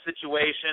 situation